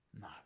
No